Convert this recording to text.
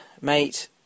mate